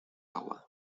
agua